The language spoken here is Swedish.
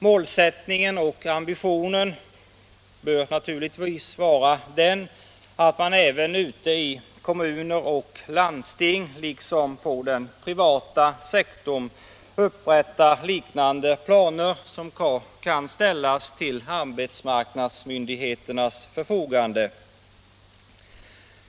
Målsättningen och ambitionen bör naturligtvis vara att man även ute i kommuner och landsting liksom på den privata sektorn upprättar liknande planer, som kan ställas till arbetsmarknadsmyndigheternas förfogande.